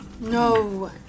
No